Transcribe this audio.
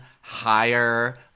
Higher